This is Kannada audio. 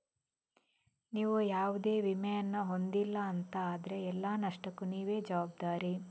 ನೀವು ಯಾವುದೇ ವಿಮೆಯನ್ನ ಹೊಂದಿಲ್ಲ ಅಂತ ಆದ್ರೆ ಎಲ್ಲ ನಷ್ಟಕ್ಕೂ ನೀವೇ ಜವಾಬ್ದಾರಿ